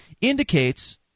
indicates